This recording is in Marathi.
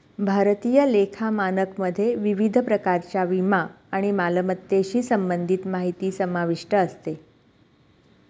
भारतीय लेखा मानकमध्ये विविध प्रकारच्या विमा आणि मालमत्तेशी संबंधित माहिती समाविष्ट असते